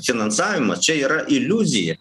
finansavimas čia yra iliuzija